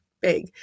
big